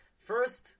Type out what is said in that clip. First